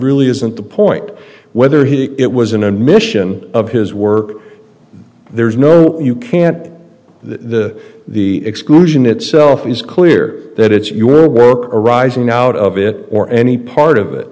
really isn't the point whether he it was an admission of his work there's no you can't the the exclusion itself is clear that it's you or a book arising out of it or any part of it